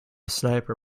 sniper